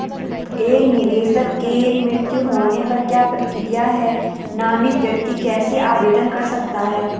एक निवेशक के मृत्यु होने पर क्या प्रक्रिया है नामित व्यक्ति कैसे आवेदन कर सकता है?